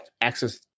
access